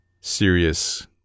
serious